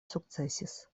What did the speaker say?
sukcesis